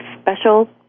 special